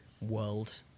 world